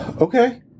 Okay